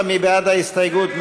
בעד ההסתייגות,